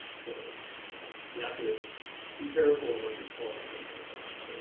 so you have to be careful on what you're culling from your inbox,